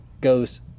goes